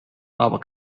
aber